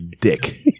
dick